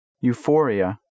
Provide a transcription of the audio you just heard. Euphoria